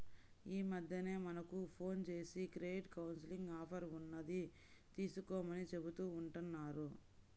యీ మద్దెన మనకు ఫోన్ జేసి క్రెడిట్ కౌన్సిలింగ్ ఆఫర్ ఉన్నది తీసుకోమని చెబుతా ఉంటన్నారు